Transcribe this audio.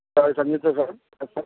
काय सांगितलं साहेब त्याचं